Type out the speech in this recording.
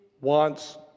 wants